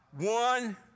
One